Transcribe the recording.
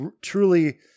truly